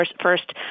first